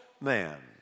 man